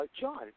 John